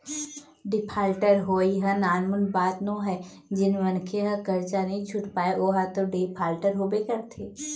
defaulter होवई ह नानमुन बात नोहय जेन मनखे ह करजा नइ छुट पाय ओहा तो डिफाल्टर होबे करथे